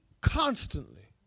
constantly